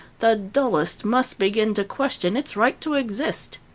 the dullest must begin to question its right to exist.